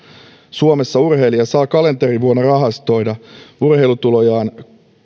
suomessa urheilija saa kalenterivuonna rahastoida urheilutulojaan korkeintaan